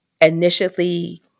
initially